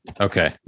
Okay